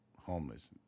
homeless